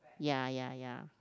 ya ya ya